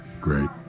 great